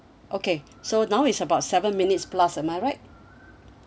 okay so now is about seven minutes plus am I right